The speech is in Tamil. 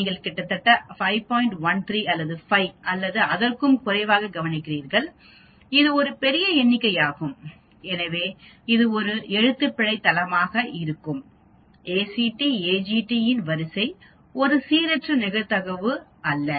13 அல்லது 5 அல்லது அதற்கும் குறைவாக கவனிக்கிறீர்கள் இது ஒரு பெரிய எண்ணிக்கையாகும் எனவே இது ஒரு எழுத்துப்பிழை தளமாக இருக்கும் ACTAGT இன் வரிசை ஒரு சீரற்ற நிகழ்வு அல்ல